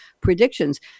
predictions